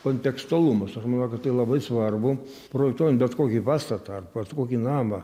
kontekstualumas aš manau kad tai labai svarbu projektuojant bet kokį pastatą ar bat kokį namą